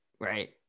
right